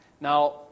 Now